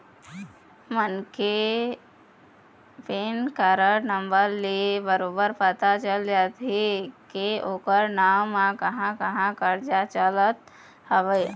मनखे के PAN card number ले बरोबर पता चल जाथे के ओखर नांव म कहाँ कहाँ करजा चलत हवय